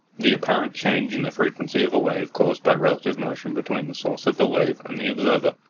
the apparent change in the frequency of a wave caused by relative motion between the source of the wave and the observer.